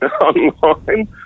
online